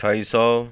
ਅਠਾਈ ਸੌ